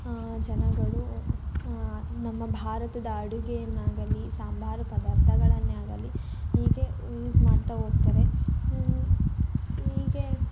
ನಮ್ಮ ಭಾರತದ ಅಡುಗೆಯನ್ನಾಗಲಿ ಸಾಂಬಾರು ಪದಾರ್ಥಗಳನ್ನೇ ಆಗಲಿ ಹೀಗೆ ಯೂಸ್ ಮಾಡ್ತಾ ಹೋಗ್ತಾರೆ ಹೀಗೆ